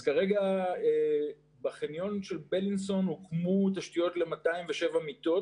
אז כרגע בחניון של בילינסון הוקמו תשתיות ל-207 מיטות